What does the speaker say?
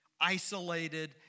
isolated